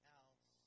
else